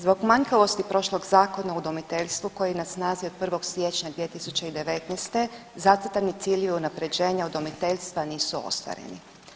Zbog manjkavosti prošlog Zakona o udomiteljstvu koji je na snazi od 1. siječnja 2019. zacrtani ciljevi unapređenja udomiteljstva nisu ostvareni.